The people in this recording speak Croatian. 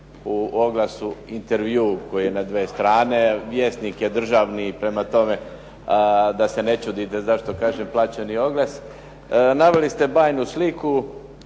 u oglasu, intervju koji je na dvije strane. “Vjesnik“ je državni, prema tome da se ne čudite zašto kažem plaćeni oglas. Naveli ste bajnu sliku.